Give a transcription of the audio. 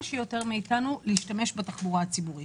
שיותר מאיתנו להשתמש בתחבורה ציבורית.